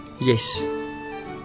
Yes